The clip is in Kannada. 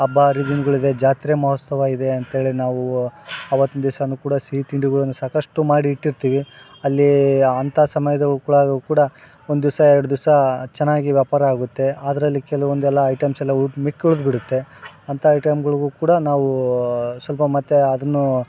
ಹಬ್ಬ ಹರಿದಿನಗುಳಿದೆ ಜಾತ್ರೆ ಮಹೋತ್ಸವ ಇದೆ ಅಂತೇಳಿ ನಾವು ಅವತ್ತಿನ ದಿವ್ಸ ಕೂಡ ಸಿಹಿ ತಿಂಡಿಗಳನ್ನು ಸಾಕಷ್ಟು ಮಾಡಿ ಇಟ್ಟಿರ್ತೀವಿ ಅಲ್ಲೀ ಅಂತ ಸಮಯದಾಗು ಕೂಡ ಕೂಡ ಒಂದು ದಿವಸ ಎರಡು ದಿವಸ ಚೆನ್ನಾಗಿ ವ್ಯಾಪಾರ ಆಗುತ್ತೆ ಅದರಲ್ಲಿ ಕೆಲವೊಂದೆಲ್ಲ ಐಟಮ್ಸೆಲ್ಲ ಉಳ್ದು ಮಿಕ್ಕುಳ್ದು ಬಿಡುತ್ತೆ ಅಂತ ಐಟಮ್ಗಳ್ಗು ಕೂಡ ನಾವು ಸ್ವಲ್ಪ ಮತ್ತು ಅದನ್ನು